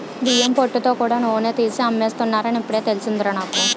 బియ్యం పొట్టుతో కూడా నూనె తీసి అమ్మేస్తున్నారని ఇప్పుడే తెలిసిందిరా నాకు